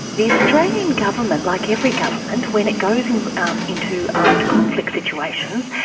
the australian government, like every government, when it goes and um into armed conflict situations,